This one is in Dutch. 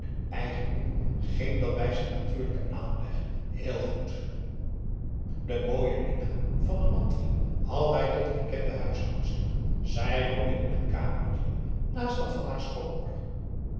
eigenlijk ging dat bij zijn natuurlijken aanleg heel goed de mooie minah van den mantri had hij tot erkende huishoudster zij woonde in een kamertje naast dat van haar schoonmoeder